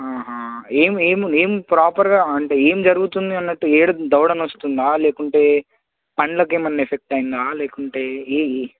ఆహా ఏం ఏం ఏం ప్రాపర్గా అంటే ఏం జరుగుతుంది అన్నట్టు ఎక్కడ దవడ నోస్తుందా లేకుంటే పళ్ళకి ఏమైనా ఎఫెక్ట్ అయిందా లేకుంటే ఏ